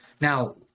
Now